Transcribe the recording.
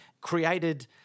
created